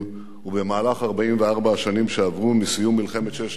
ובמהלך 44 השנים שעברו מסיום מלחמת ששת הימים